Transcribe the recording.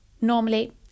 Normally